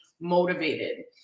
motivated